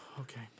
Okay